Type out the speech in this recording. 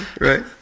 Right